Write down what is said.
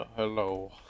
hello